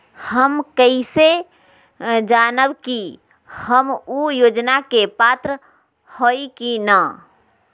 हम कैसे जानब की हम ऊ योजना के पात्र हई की न?